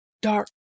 dark